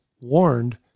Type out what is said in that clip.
warned